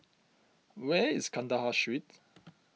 where is Kandahar Street